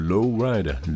Lowrider